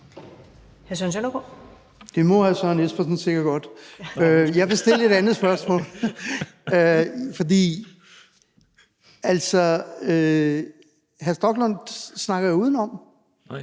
Det må hr. Søren Espersen sikkert godt. Jeg vil stille et andet spørgsmål, for hr. Rasmus Stoklund snakker jo udenom.